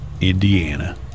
Indiana